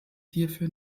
hierfür